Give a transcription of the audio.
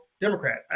Democrat